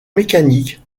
mécanique